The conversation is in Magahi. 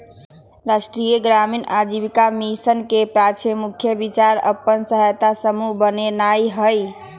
राष्ट्रीय ग्रामीण आजीविका मिशन के पाछे मुख्य विचार अप्पन सहायता समूह बनेनाइ हइ